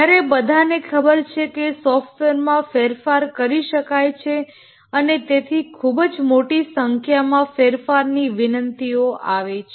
જ્યારે બધાને ખબર છે કે સોફ્ટવેર માં ફેરફાર કરી શકાય છે અને તેથી ખુબજ મોટી સંખ્યામાં ફેરફારની વિનંતીઓ આવે છે